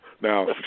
Now